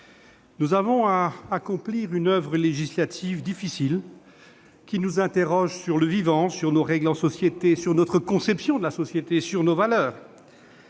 nous avons à accomplir une oeuvre législative difficile, qui nous interroge sur le vivant, sur nos règles en société, sur notre conception de la société et sur nos valeurs.